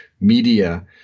media